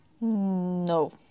No